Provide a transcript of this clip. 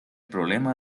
problema